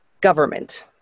government